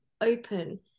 open